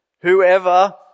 whoever